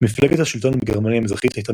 מפלגת השלטון בגרמניה המזרחית הייתה